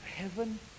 heaven